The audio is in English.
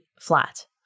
flat